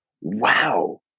wow